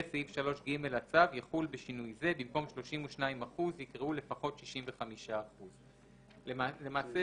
וסעיף 3(ג) לצו יחול בשינוי זה: במקום "32%" יקראו "לפחות 65%"." למעשה,